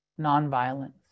Nonviolence